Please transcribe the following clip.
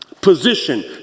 Position